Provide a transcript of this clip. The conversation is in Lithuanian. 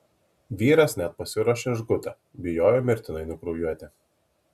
vyras net pasiruošė žgutą bijojo mirtinai nukraujuoti